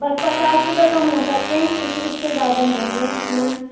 بس پچاس روپے کم ہو سکتے ہیں اس اس سے زیادہ نہیں ہوں گے میم